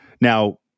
Now